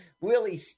Willie